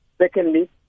Secondly